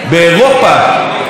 במדינות ה-OECD,